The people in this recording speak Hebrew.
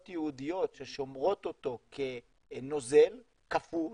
ייעודיות ששומרות אותו כנוזל קפוא,